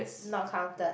not counted